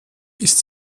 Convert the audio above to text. ist